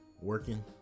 working